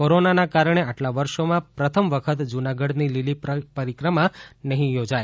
કોરોનાનાં કારણે આટલા વર્ષોમાં પ્રથમ વખત જૂનાગઢની લીલી પરીક્રમા નહિં યોજાય